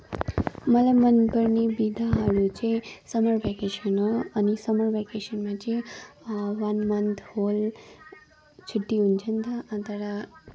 मलाई मनपर्ने बिदाहरू चाहिँ समर भ्याकेसन हो अनि समर भ्याकेसनमा चाहिँ वन मन्थ होल छुट्टी हुन्छ नि त अनि त्यहाँबाट